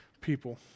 people